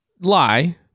lie